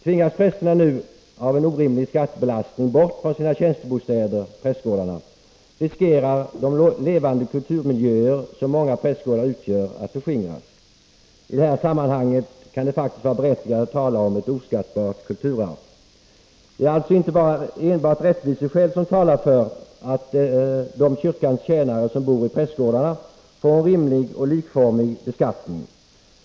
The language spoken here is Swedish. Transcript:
Tvingas prästerna nu av en orimlig skattebelastning bort från sina tjänstebostäder, prästgårdarna, riskerar de levande kulturmiljöer som många prästgårdar utgör att förstöras. I det här sammanhanget kan det faktiskt vara berättigat att tala om ett oskattbart kulturarv. Det är alltså inte enbart rättviseskäl som talar för att de kyrkans tjänare som bor i prästgårdarna får en rimlig och likformig beskattning.